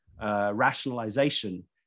rationalization